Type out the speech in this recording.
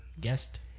guest